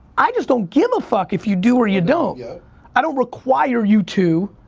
i just don't give a fuck if you do or you don't. yeah i don't require you to